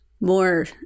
more